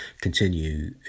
continue